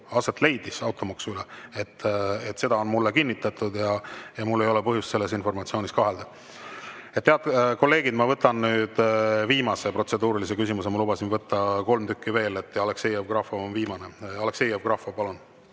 aset leidis, on mulle kinnitatud ja mul ei ole põhjust selles informatsioonis kahelda. Head kolleegid, ma võtan nüüd viimase protseduurilise küsimuse. Ma lubasin võtta kolm tükki ja Aleksei Jevgrafov on viimane. Aleksei Jevgrafov, palun!